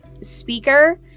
speaker